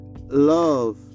love